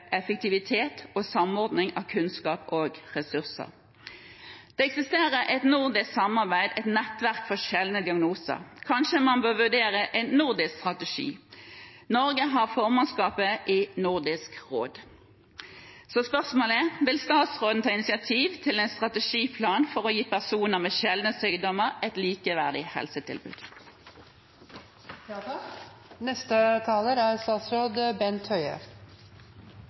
effektivitet og samordning av kunnskap og ressurser. Det eksisterer et nordisk samarbeid – et nettverk for sjeldne diagnoser – og kanskje man bør vurdere en nordisk strategi. Norge har formannskapet i Nordisk råd. Så spørsmålet er: Vil statsråden ta initiativ til en strategiplan for å gi personer med sjeldne sykdommer et likeverdig helsetilbud?